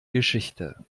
geschichte